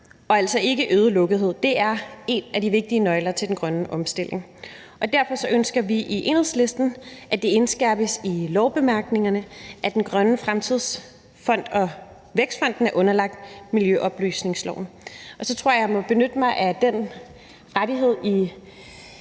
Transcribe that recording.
og altså ikke øget lukkethed er en af de vigtige nøgler til den grønne omstilling, og derfor så ønsker vi i Enhedslisten, at det indskærpes i lovbemærkningerne, at Den Grønne Fremtidsfond og Vækstfonden er underlagt miljøoplysningsloven. Og så tror jeg, jeg må benytte mig af den rettighed,